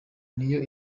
niyo